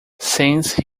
since